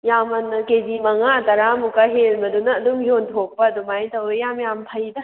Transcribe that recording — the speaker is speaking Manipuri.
ꯌꯥꯝꯃꯟ ꯀꯦ ꯖꯤ ꯃꯉꯥ ꯇꯔꯥꯃꯨꯛꯀ ꯍꯦꯟꯕꯗꯨꯅ ꯑꯗꯨꯝ ꯌꯣꯟꯊꯣꯛꯄ ꯑꯗꯨꯃꯥꯏꯅ ꯇꯧꯏ ꯌꯥꯝ ꯌꯥꯝꯅ ꯐꯩꯗ